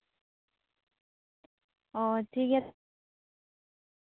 ᱚ ᱴᱷᱤᱠᱜᱮᱭᱟ